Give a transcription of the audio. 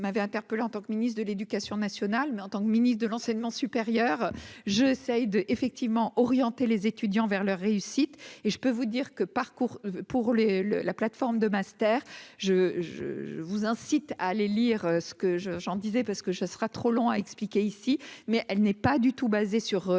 m'avez interpellé en tant que ministre de l'Éducation nationale, mais en tant que ministre de l'enseignement supérieur, j'essaye de effectivement orienter les étudiants vers leur réussite et je peux vous dire que parcours pour le le la plateforme de master je je vous incite à les lire ce que je j'en disais parce que ça sera trop long à expliquer ici, mais elle n'est pas du tout basé sur les